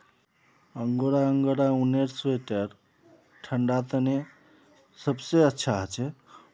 angora angora ऊनेर sweater ठंडा तने सबसे अच्छा हछे